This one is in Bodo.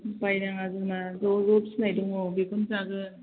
बायनाङा जोंना ज' ज' फिसिनाय दङ बेखौनो जागोन